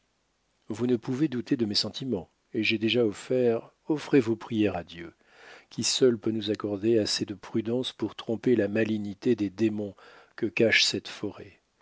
vous ne pouvez douter de mes sentiments et j'ai déjà offert offrez vos prières à dieu qui seul peut nous accorder assez de prudence pour tromper la malignité des démons que cache cette forêt